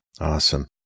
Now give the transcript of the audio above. Awesome